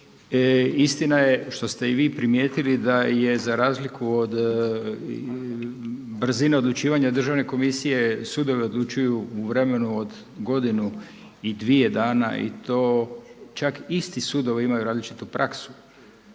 Istina je što ste i vi primijetili da je za razliku od brzine odlučivanja državne komisije sudovi odlučuju u vremenu od godinu i dvije dana i to čak isti sudovi imaju različitu praksu,